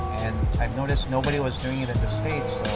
i noticed nobody was doing it in the states,